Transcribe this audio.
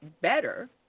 better